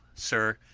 sir,